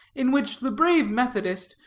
in which the brave methodist,